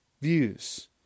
views